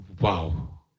Wow